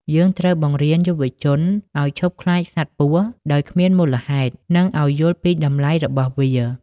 យើងត្រូវបង្រៀនយុវជនឱ្យឈប់ខ្លាចសត្វពស់ដោយគ្មានមូលហេតុ និងឱ្យយល់ពីតម្លៃរបស់វា។